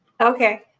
Okay